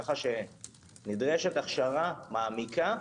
כך שנדרשת הכשרה מעמיקה.